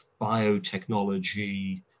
biotechnology